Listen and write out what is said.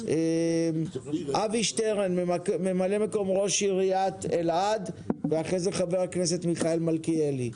אבי שטרן ממלא מקום ראש עירית אלעד ואחרי זה ח"כ מיכאל מלכיאלי.